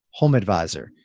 HomeAdvisor